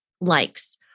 likes